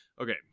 okay